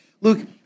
Luke